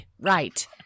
Right